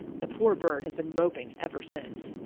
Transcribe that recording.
the poor bird has been moping ever since.